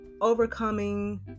overcoming